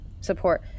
support